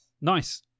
nice